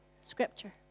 Scripture